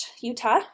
Utah